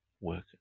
Work